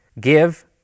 Give